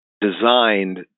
designed